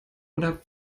oder